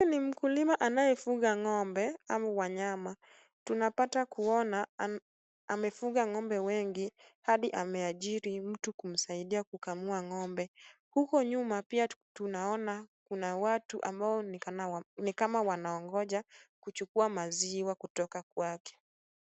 Huyu ni mkulima anayefuga ng'ombe au wanyama. Tunapata kuona amefuga ng'ombe wengi hadi ameajiri mtu kumsaidia kukamua ng'ombe. Huko nyuma pia tunaona kuna watu ambao ni kama wanaongoja kuchukua maziwa kutoka kwake.